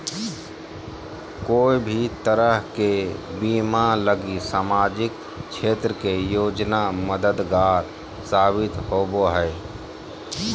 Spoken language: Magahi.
कोय भी तरह के बीमा लगी सामाजिक क्षेत्र के योजना मददगार साबित होवो हय